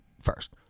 first